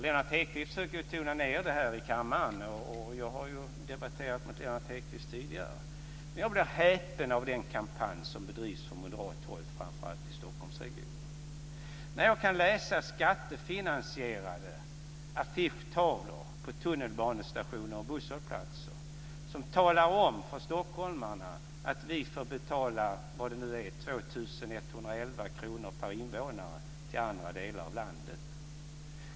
Lennart Hedquist försöker att tona ned den här i kammaren, och jag har ju debatterat med Lennart Hedquist tidigare. Men jag bli häpen av den kampanj som bedrivs från moderat håll, framför allt i Stockholmsregionen, när jag kan läsa skattefinansierade affischtavlor på tunnelbanestationer och busshållsplatser som talar om för stockholmarna att de får betala 2 111 kr per invånare till andra delar av landet.